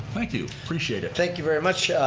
thank you, appreciate it. thank you very much.